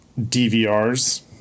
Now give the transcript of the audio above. DVRs